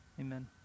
Amen